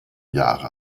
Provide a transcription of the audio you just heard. jahre